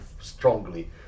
strongly